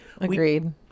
Agreed